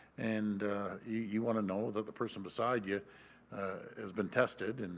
and you want to know that the person beside you has been tested. and